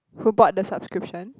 who bought the subscription